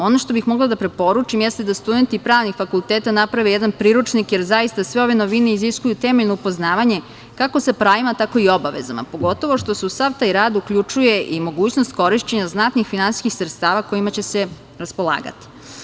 Ono što bih mogla da preporučim, jeste da studenti pravnih fakulteta naprave jedan priručnik, jer zaista sve ove novine iziskuju temeljno upoznavanje, kako sa pravima, tako i obavezama, pogotovo što se u sav taj rad uključuje mogućnost korišćenja znatnih finansijskih sredstava kojima će se raspolagati.